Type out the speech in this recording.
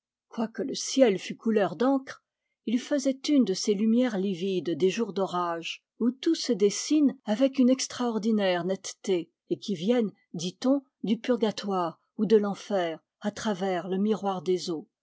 quoique le ciel fût couleur d'encre il faisait une de ces lumières livides des jours d'orage où tout se dessine avec une extraordinaire netteté et qui viennent dit-on du purgatoire ou de l'enfer à travers le miroir des eaux